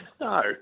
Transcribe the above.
No